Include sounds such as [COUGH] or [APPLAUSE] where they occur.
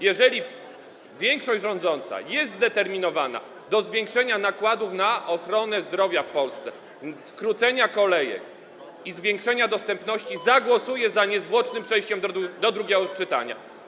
Jeżeli większość rządząca jest zdeterminowana, by zwiększyć nakłady na ochronę zdrowia w Polsce, skrócić kolejki i zwiększyć dostępność, [NOISE] zagłosuje za niezwłocznym przejściem do drugiego czytania.